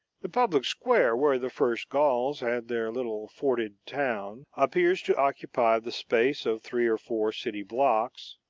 the public square, where the first gauls had their little forted town, appears to occupy the space of three or four city blocks